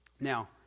Now